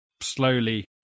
slowly